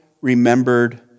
remembered